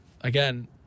again